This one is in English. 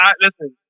listen